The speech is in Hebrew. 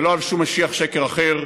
ולא על שום משיח שקר אחר.